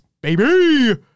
baby